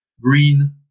green